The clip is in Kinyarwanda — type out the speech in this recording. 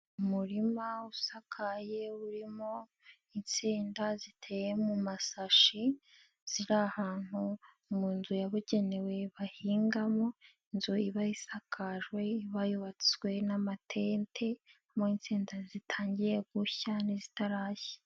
Umurima usakaye urimo insenda ziteye mu masashi, ziri ahantu mu nzu yabugenewe bahingamo, inzu iba isakajwe iba yubatswe n'amateti harimo insenda zitangiye gushya n'izitarashya.